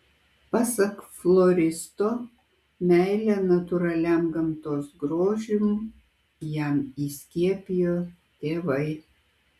pasak floristo meilę natūraliam gamtos grožiui jam įskiepijo tėvai